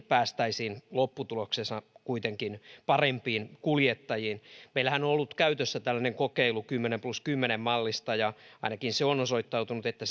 päästäisiin lopputuloksessa kuitenkin parempiin kuljettajiin meillähän on ollut käytössä kokeilu kymmenen plus kymmenen mallista ja ainakin siinä on osoittautunut että